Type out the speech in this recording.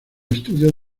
estudios